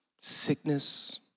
sickness